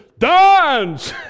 dance